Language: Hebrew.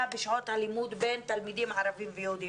בשעות הלימוד בין תלמידים ערבים ויהודים.